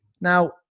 Now